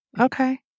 Okay